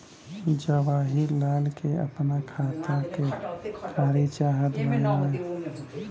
जवाहिर लाल के अपना खाता का जानकारी चाहत बा की जवाहिर लाल के खाता में कितना पैसा बा?